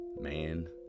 man